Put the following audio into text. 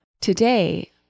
Today